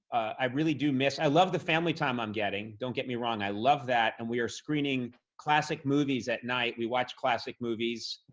i really do mis i love the family time i'm getting. don't get me wrong. i love that. and we are screening classic movies at night. we watch classic movies,